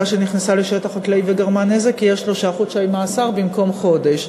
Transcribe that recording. שנכנסה לשטח חקלאי וגרמה נזק יהיה שלושה חודשי מאסר במקום חודש.